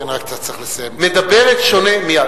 מדברת שונה,